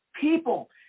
People